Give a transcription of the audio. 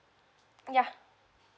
yeah